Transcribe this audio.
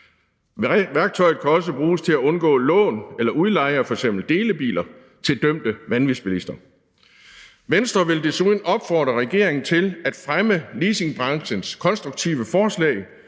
Værktøjet kan også bruges til at undgå lån eller udleje af f.eks. delebiler til dømte vanvidsbilister. Venstre vil desuden opfordre regeringen til at fremme leasingbranchens konstruktive forslag